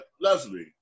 Leslie